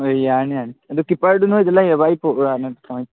ꯍꯣꯏ ꯌꯥꯅꯤ ꯌꯥꯅꯤ ꯑꯗꯨ ꯀꯤꯄꯔꯗꯤ ꯅꯣꯏꯗꯨ ꯂꯩꯔꯕ ꯑꯩ ꯄꯨꯔꯛꯎꯔ ꯅꯠꯇ꯭ꯔꯒ ꯀꯃꯥꯏꯅ